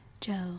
Joe